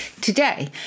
today